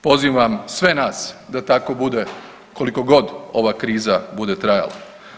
Pozivam sve nas da tako bude koliko god ova kriza bude trajala.